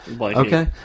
Okay